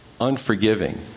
unforgiving